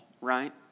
right